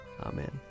Amen